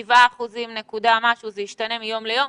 7 אחוזים נקודה משהו, זה השתנה מיום ליום.